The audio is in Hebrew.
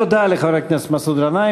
תודה לחבר הכנסת מסעוד גנאים.